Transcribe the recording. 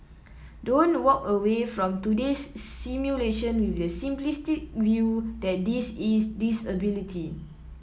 don't walk away from today's simulation with the simplistic view that this is disability